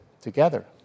together